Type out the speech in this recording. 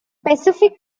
pacific